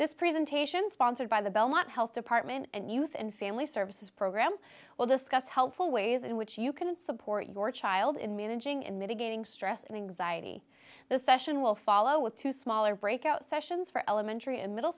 this presentation sponsored by the belmont health department and youth and family services program will discuss helpful ways in which you can support your child in managing and mitigating stress and anxiety the session will follow with two smaller breakout sessions for elementary and middle